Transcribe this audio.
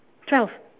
twelve